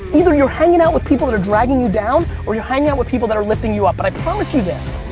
either you're hanging out with people that are dragging you down or you're hanging out with people that are lifting you up. and i promise you this,